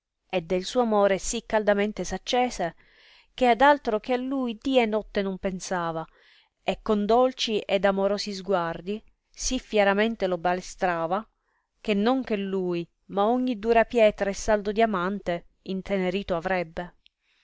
e del suo amore sì caldamente s accese che ad altro che a lui dì e notte non pensava e con dolci ed amorosi sguardi sì fieramente lo balestrava che non che lui ma ogni dura pietra e saldo diamante intenerito avrebbe